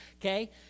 Okay